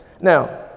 Now